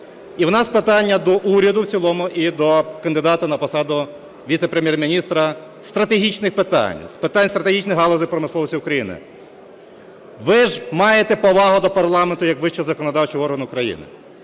І в нас питання до уряду в цілому і до кандидата на посаду віце-прем'єр-міністра з стратегічних питань, з питань стратегічних галузей промисловості України. Ви ж маєте повагу до парламенту як вищого законодавчого органу України.